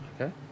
Okay